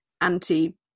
anti